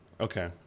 Okay